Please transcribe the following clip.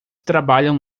trabalham